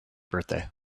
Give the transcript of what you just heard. birthday